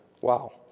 wow